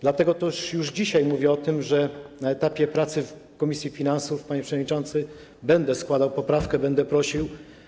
Dlatego już dzisiaj mówię o tym, że na etapie pracy w komisji finansów, panie przewodniczący, będę składał poprawkę, będę prosił.